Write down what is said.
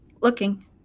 Looking